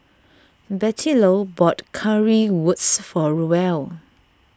Bettylou bought Currywurst for Roel